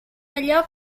allò